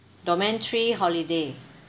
domain three holiday